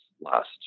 last